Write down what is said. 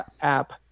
app